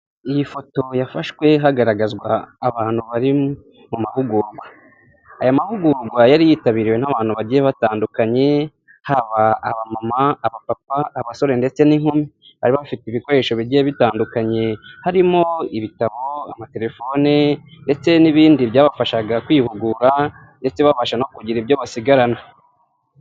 Iyi foto yafashwe hagaragazwa abantu bari mu mahugurwa, aya mahugurwa yari yitabiriwe n'abantu bagiye batandukanye, haba mama, aba papa, abasore, ndetse n'inkumi. Bari bafite ibikoresho bigiye bitandukanye, harimo ibitabo, amatelefone, ndetse n'ibindi byabafashaga kwihugura, ndetse babasha no kugira ibyo basigarana.